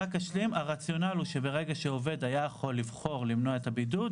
הרציונל הוא שברגע עובד יכול היה למנוע את הבידוד,